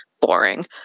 boring